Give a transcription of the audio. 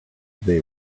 they